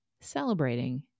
celebrating